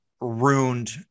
ruined